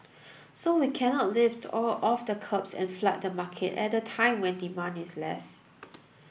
so we cannot lift all of the curbs and flood the market at a time when demand is less